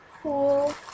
cool